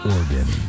Oregon